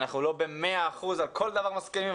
אנחנו לא במאה אחוז על כל דבר מסכימים,